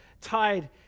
tied